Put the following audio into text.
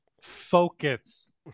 Focus